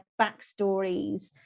backstories